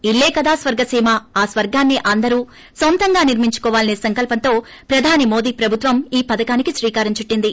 ఇల్లే కదా స్వర్గ సీమ ఆ స్వర్గాన్ని అందరూ నొంతంగా నిర్మించుకోవాలసే సంకల్సంతో ప్రధాని మోడీ ప్రభుత్వం ఈ పధకానికి శ్రీకారం చుట్టింది